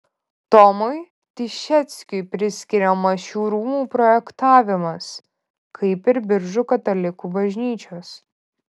tomui tišeckiui priskiriamas šių rūmų projektavimas kaip ir biržų katalikų bažnyčios